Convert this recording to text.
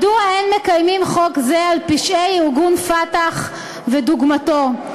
מדוע אין מקיימים חוק זה על פשעי ארגון "פתח" ודוגמתו,